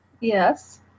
Yes